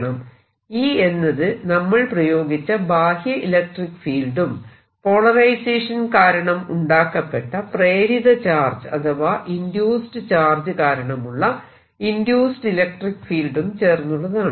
E എന്നത് നമ്മൾ പ്രയോഗിച്ച ബാഹ്യ ഇലക്ട്രിക്ക് ഫീൽഡും പോളറൈസേഷൻ കാരണം ഉണ്ടാക്കപ്പെട്ട പ്രേരിത ചാർജ് അഥവാ ഇൻഡ്യൂസ്ഡ് ചാർജ് കാരണമുള്ള ഇൻഡ്യൂസ്ഡ് ഇലക്ട്രിക്ക് ഫീൽഡും ചേർന്നുള്ളതാണ്